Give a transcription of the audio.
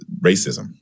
racism